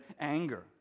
anger